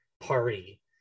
party